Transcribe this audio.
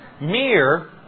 mere